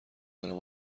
دارم